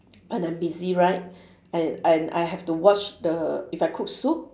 when I'm busy right and I I have to watch the if I cook soup